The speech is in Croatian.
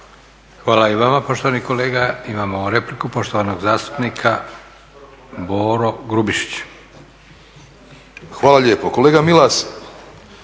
Hvala i vama poštovani kolega. Imamo repliku poštovanog zastupnika Bore Grubišića. **Grubišić,